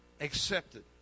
accepted